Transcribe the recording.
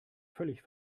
völlig